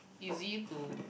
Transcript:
easy to